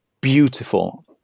beautiful